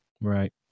right